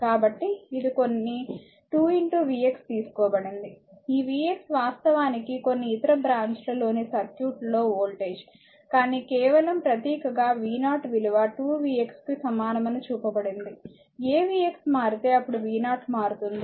కాబట్టి ఇది కొన్ని 2 vx తీసుకోబడింది ఈ vx వాస్తవానికి కొన్ని ఇతర బ్రాంచ్ లలోని సర్క్యూట్లో వోల్టేజ్ కానీ కేవలం ప్రతీకగా v0 విలువ 2vx కు సమానమని చూపబడింది avx మారితే అప్పుడు v0 మారుతుంది